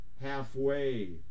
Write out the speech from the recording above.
halfway